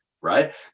right